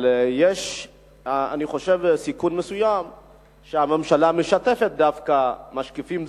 אבל אני חושב שיש סיכון מסוים שהממשלה משתפת דווקא משקיפים זרים.